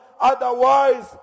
Otherwise